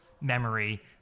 memory